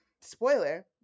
Spoiler